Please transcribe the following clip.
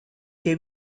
que